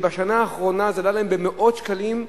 ובשנה האחרונה זה עלה להם במאות שקלים,